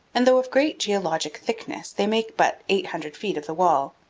and though of great geologic thickness, they make but eight hundred feet of the wall.